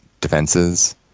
defenses